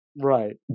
Right